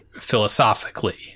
philosophically